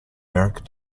merrick